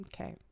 Okay